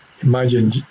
imagine